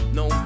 no